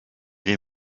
les